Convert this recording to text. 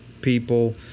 people